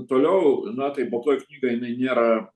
toliau na tai baltoji knyga jinai nėra